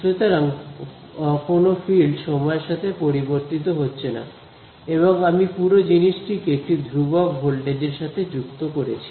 সুতরাং কোন ফিল্ড সময়ের সাথে পরিবর্তিত হচ্ছে না এবং আমি পুরো জিনিসটিকে একটি ধ্রুবক ভোল্টেজ এর সাথে যুক্ত করেছি